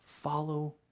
follow